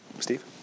Steve